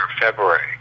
February